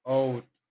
out